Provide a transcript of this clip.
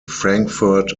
frankfurt